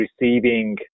receiving